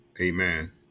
Amen